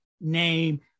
name